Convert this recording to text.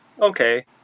okay